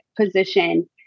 position